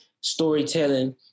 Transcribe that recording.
storytelling